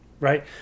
Right